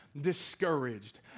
discouraged